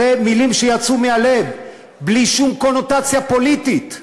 אלה מילים שיצאו מהלב, בלי שום קונוטציה פוליטית,